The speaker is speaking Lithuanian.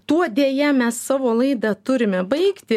tuo deja mes savo laidą turime baigti